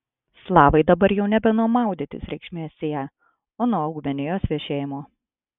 slavai dabar jau nebe nuo maudytis reikšmės sieja o nuo augmenijos vešėjimo